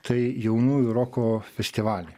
tai jaunųjų roko festivalį